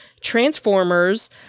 Transformers